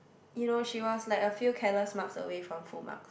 you know she was like a few careless marks away from full marks